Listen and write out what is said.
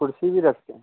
कुर्सी भी रखते हैं